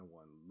one